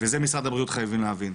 וזה משרד הבריאות חייבים להבין,